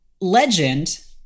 Legend